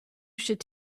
should